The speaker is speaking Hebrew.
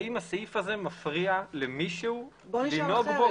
האם הסעיף הזה מפריע למישהו לנהוג בו כמי שהפר.